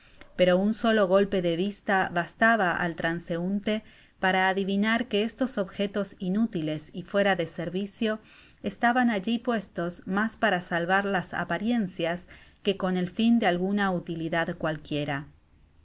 pero un solo golpe de vista bastaba al iranseunte para adivinar que estos objetos inútiles y fuera de servicio estaban alli puestos mas para salvar las apariencias que con el fin de alguna utilidad cualquiera